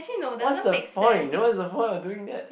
what's the point what's the point of doing that